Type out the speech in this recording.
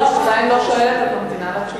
לא, עדיין לא שואלת, את ממתינה לתשובה.